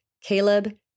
Caleb